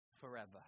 forever